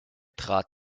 trat